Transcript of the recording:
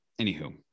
anywho